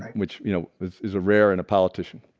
which you know is a rare and a politician